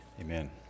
Amen